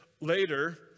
later